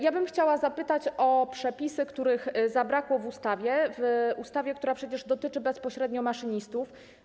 Ja bym chciała zapytać o przepisy, których zabrakło w ustawie - w ustawie, która przecież dotyczy bezpośrednio maszynistów.